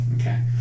Okay